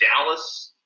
Dallas –